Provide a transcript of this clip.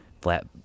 flat